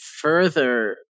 further